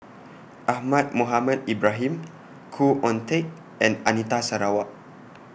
Ahmad Mohamed Ibrahim Khoo Oon Teik and Anita Sarawak